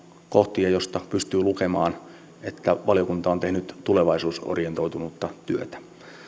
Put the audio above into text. kohtia joista pystyy lukemaan että valiokunta on tehnyt tulevaisuusorientoitunutta työtä